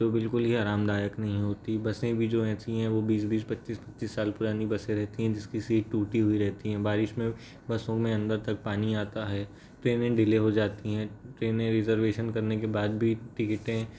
है तो बिल्कुल ही आरामदायक नहीं होती बसें भी जो ऐसी हैं वो बीस बीस पच्चीस पच्चीस साल पुरानी बसें रहती है जिसकी सेट टूटी हुई रहती है बारिश में बसों में अंदर तक पानी आता है ट्रेनें डिले हो जाती है ट्रेनें रिजर्वेशन करने के बाद भी टिकटें